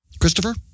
Christopher